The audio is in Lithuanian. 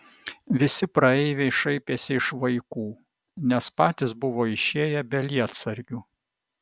visi praeiviai šaipėsi iš vaikų nes patys buvo išėję be lietsargių